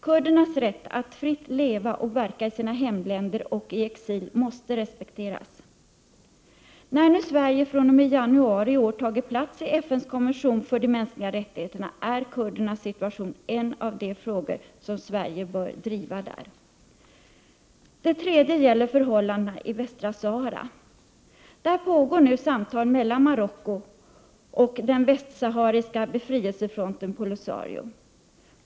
Kurdernas rätt att fritt leva och verka i sina hemländer och i exil måste respekteras. När Sverige nu fr.o.m. januari i år tagit plats i FN:s kommission för de mänskliga rättigheterna, är kurdernas situation en av de frågor som Sverige bör driva. Det tredje problemet gäller förhållandena i västra Sahara. Där pågår samtal mellan Marocko och den västsahariska befrielserörelsen Polisario.